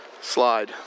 Slide